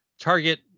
target